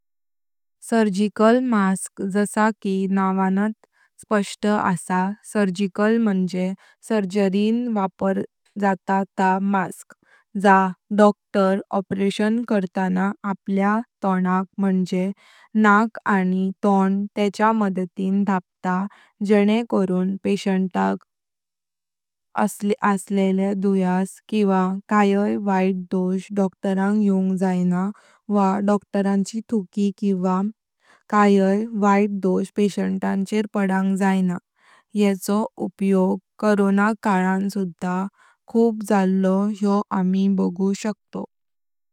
Surgical mask, जसा की नावांत स्पष्ट आसा सर्जिकल मुन जिलें सर्जरिन वापर जाता तां मास्क जो डॉक्टर ऑपरेशन करतां अपल्य तोंक मुनजे नाख आणि तोंड तेंच्या मदतीन धापट जेनें करुं पेशंटा क असलेला दूर्यस किवां काय वाईत दोष डॉक्टरांक योंग जायना वा डॉक्टराची थुकी किवां काय वाईत दोष पेशंटाचेर पडांग जायना। येचो उपयोग कोरोना कालां सुधा खूप झाल्लो योह आमी बागू शकतोव।